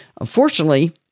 Unfortunately